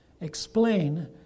explain